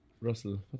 Russell